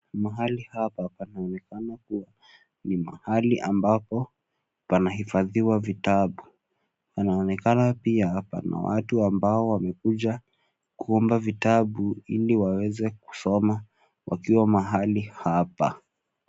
Mahali hapa panaonekana ni mahali ambapo panahifadhiwa vitabu. Panaonekana pia pana watu ambao wamekuja kuomba vitabu ili waweze kusoma wakiwa mahali hapa.